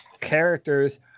characters